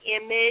image